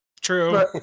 True